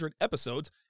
episodes